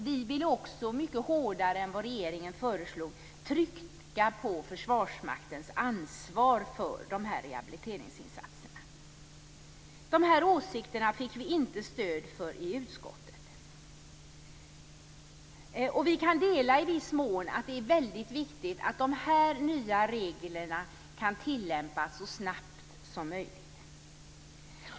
Vi ville också trycka mycket hårdare än regeringen på Försvarsmaktens ansvar för rehabiliteringsinsatserna. Dessa åsikter fick vi inte stöd för i utskottet. Vi kan i viss mån hålla med om att det är viktigt att dessa nya regler kan tillämpas så snabbt som möjligt.